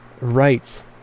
right